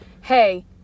hey